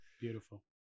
Beautiful